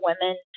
women